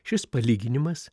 šis palyginimas